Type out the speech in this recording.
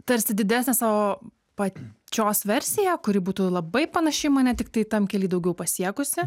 tarsi didesnę savo pačios versiją kuri būtų labai panaši į mane tiktai tam kely daugiau pasiekusi